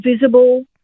visible